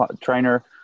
trainer